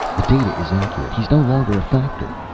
the data is accurate. he's no longer a factor.